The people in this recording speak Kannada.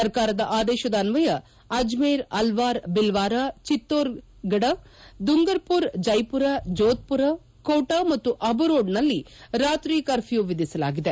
ಸರ್ಕಾರದ ಆದೇಶದ ಅನ್ನಯ ಅಜ್ಜೇರ್ ಅಲ್ನಾರ್ ಭಿಲ್ನಾರಾ ಚಿತ್ತೋರ್ ಗಢ ದುಂಗರ್ ಪುರ್ ಜ್ನೆಪುರ ಜೋಧ್ ಪುರ ಕೋಟಾ ಮತ್ತು ಅಬು ರೋಡ್ ನಲ್ಲಿ ರಾತ್ರಿ ಕರ್ಪ್ಲೂ ವಿಧಿಸಲಾಗಿದೆ